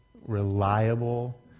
reliable